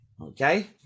okay